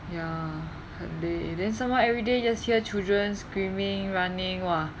ya 很累 then somemore everyday just hear children screaming running !wah!